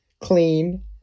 clean